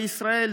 בישראל,